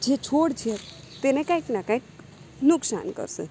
જે છોડ છે તેને કંઇકના કંઈક નુકશાન કરશે